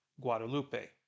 Guadalupe